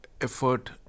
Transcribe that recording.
effort